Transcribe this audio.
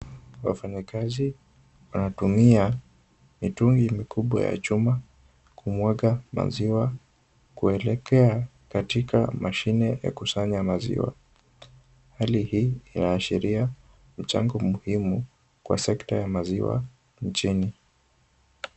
Wafanyikazi wanatumia mitungi mikubwa ya chuma kumwaga maziwa kuelekea katika mashine ya kusanya maziwa. Hali hii inaashiria mchango muhimu kwa sekta ya maziwa nchini.